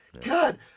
God